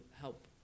help